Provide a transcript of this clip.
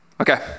Okay